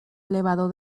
elevado